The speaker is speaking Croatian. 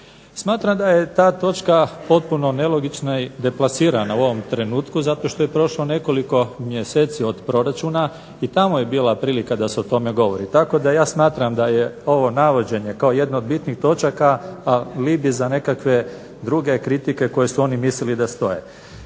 Smatram da je ta točka potpuno nelogična i deplasirana u ovom trenutku zato što je prošlo nekoliko mjeseci od proračuna i tamo je bila prilika da se o tome govori. Tako da ja smatram da je ovo navođenje kao jedne od bitnijih točaka alibi za nekakve druge kritike koje su oni mislili da stoje.